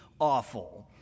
awful